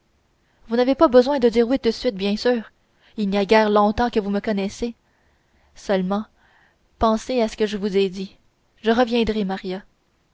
vous n'avez pas besoin de dire oui de suite bien sûr il n'y a guère longtemps que vous me connaissez seulement pensez à ce que je vous ai dit je reviendrai maria